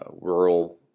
rural